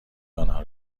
آنها